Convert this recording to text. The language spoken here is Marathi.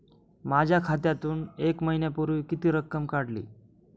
माझ्या खात्यातून एक महिन्यापूर्वी किती रक्कम काढली?